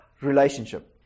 relationship